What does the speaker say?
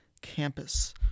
Campus